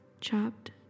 chopped